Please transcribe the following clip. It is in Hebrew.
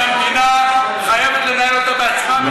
כי המדינה חייבת לנהל אותו בעצמה,